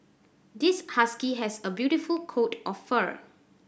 this husky has a beautiful coat of fur